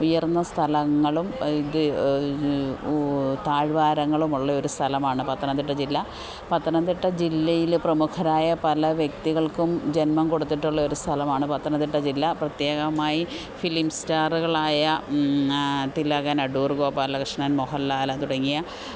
ഉയര്ന്ന സ്ഥലങ്ങളും ഇത് ഒരു താഴ്വാരങ്ങളും ഉള്ളയൊരു സ്ഥലമാണ് പത്തനംതിട്ട ജില്ല പത്തനംതിട്ട ജില്ലയിൽ പ്രമുഖരായ പല വ്യക്തികള്ക്കും ജന്മം കൊടുത്തിട്ടുള്ളയൊരു സ്ഥലമാണ് പത്തനംതിട്ട ജില്ല പ്രത്യേകമായി ഫിലിം സ്റ്റാറുകളായ തിലകന് അടൂര് ഗോപാലകൃഷ്ണന് മോഹന്ലാൽ തുടങ്ങിയ